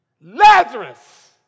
Lazarus